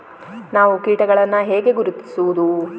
ನಾವು ಕೀಟಗಳನ್ನು ಹೇಗೆ ಗುರುತಿಸುವುದು?